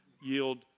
yield